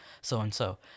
so-and-so